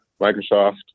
Microsoft